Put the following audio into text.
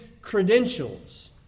credentials